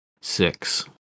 six